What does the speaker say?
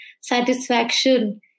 satisfaction